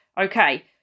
okay